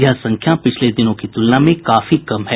यह संख्या पिछले दिनों की तुलना में काफी कम है